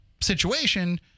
situation